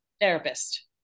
Therapist